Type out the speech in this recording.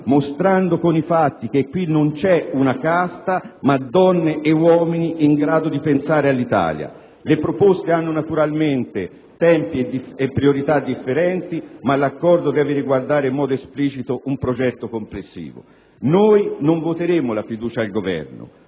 mostrando con i fatti che qui non c'è una casta, ma donne e uomini in grado di pensare all'Italia. Le preposte hanno naturalmente tempi e priorità differenti, ma l'accordo deve riguardare in modo esplicito un progetto complessivo. Noi non voteremo la fiducia al Governo,